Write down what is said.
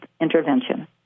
intervention